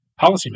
policymakers